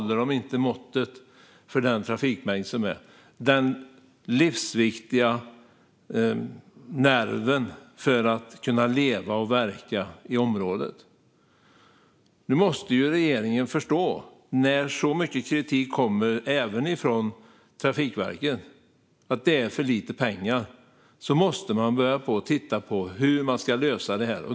Dessa livsviktiga nerver som behövs för att kunna leva och verka i området håller inte måttet för den trafikmängd som är. När så mycket kritik kommer även från Trafikverket måste regeringen förstå att det är för lite pengar och börja titta på hur man ska lösa detta.